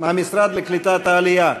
המשרד לקליטת העלייה.